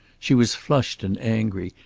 she was flushed and angry,